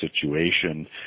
situation